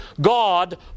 God